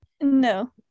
no